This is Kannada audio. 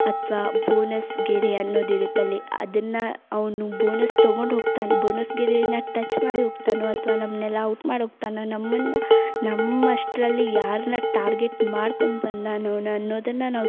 ಅಥವಾ ಬೋನಸ್ ಗೆರೆ ಅನ್ನೋದು ಇರುತ್ತಲ್ಲಿ ಅದನ್ನು ಅವನು ಬೋನಸ್ ತಗೊಂಡು ಹೋಗ್ತಾನೆ ಬೋನಸ್ ಗೆರೆನ ಟಚ್ ಮಾಡಿ ಹೋಗ್ತಾನೋ ಅಥ್ವಾ ನಮ್ಮನ್ನೆಲ್ಲ ಔಟ್ ಮಾಡಿ ಹೋಗ್ತಾನೋ ನಮ್ಮನ್ನು ನಮ್ಮ ಅಷ್ಟರಲ್ಲಿ ಯಾರನ್ನ ಟಾರ್ಗೆಟ್ ಮಾಡ್ಕೊಂಡು ಬಂದ ಅನ್ನೋನ್ ಅನ್ನೋದನು ನಾವು